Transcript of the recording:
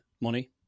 money